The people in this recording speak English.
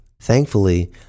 Thankfully